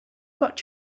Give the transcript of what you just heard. got